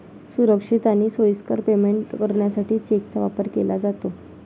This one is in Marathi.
सुरक्षित आणि सोयीस्कर पेमेंट करण्यासाठी चेकचा वापर केला जातो